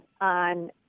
on